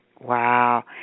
Wow